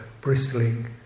bristling